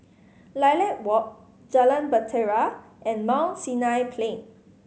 Lilac Walk Jalan Bahtera and Mount Sinai Plain